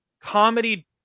comedy